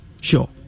Sure